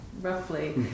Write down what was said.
roughly